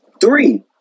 three